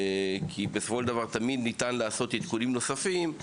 כי בסופו של דבר תמיד ניתן לעשות עדכונים נוספים,